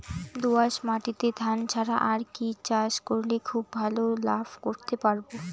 দোয়াস মাটিতে ধান ছাড়া আর কি চাষ করলে খুব ভাল লাভ করতে পারব?